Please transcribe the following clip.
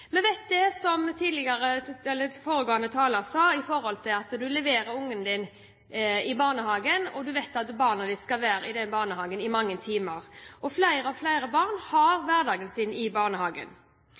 Som foregående taler sa, leverer du ungen din i barnehagen og vet at barnet ditt skal være i den barnehagen i mange timer. Flere og flere barn har